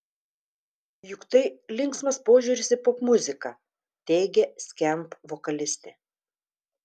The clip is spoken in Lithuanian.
juk tai linksmas požiūris į popmuziką teigė skamp vokalistė